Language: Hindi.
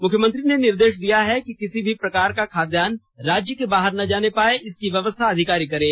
मुख्यमंत्री ने निर्देष दिया है कि किसी भी प्रकार का खाद्यान्न राज्य के बाहर ना जाए इसकी व्यवस्था अधिकारी करें